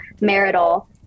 marital